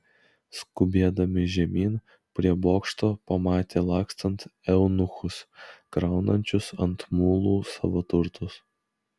skubėdami žemyn prie bokšto pamatė lakstant eunuchus kraunančius ant mulų savo turtus